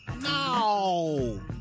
No